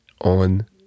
on